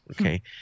Okay